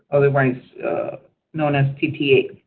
otherwise known as tta,